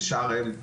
בשארם.